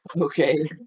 Okay